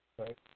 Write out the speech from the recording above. Right